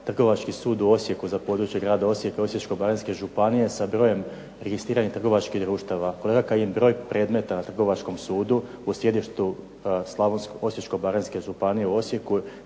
Trgovački sud u Osijeku za područje grada Osijeka i Osječko-baranjske županije sa brojem registriranih trgovačkih društava. Kolega Kajin, broj predmeta na trgovačkom sudu u sjedištu Osječko-baranjske